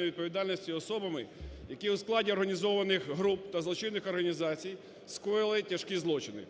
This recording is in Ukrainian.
відповідальності особами, які у складі організованих груп та злочинних організацій скоїли тяжкі злочини,